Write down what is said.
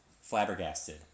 flabbergasted